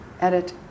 Edit